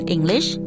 English